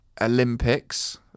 Olympics